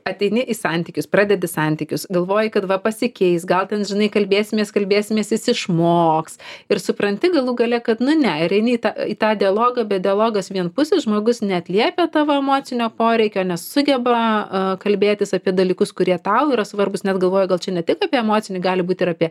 ateini į santykius pradedi santykius galvoji kad va pasikeis gal ten žinai kalbėsimės kalbėsimės jis išmoks ir supranti galų gale kad nu ne ir eini į tą į tą dialogą bet dialogas vienpusis žmogus neatliepia tavo emocinio poreikio nesugeba kalbėtis apie dalykus kurie tau yra svarbūs net galvoju gal čia ne tik apie emocinį gali būt ir apie